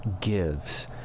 gives